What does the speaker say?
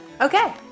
Okay